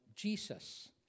Jesus